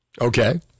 Okay